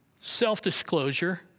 Self-disclosure